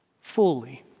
fully